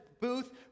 booth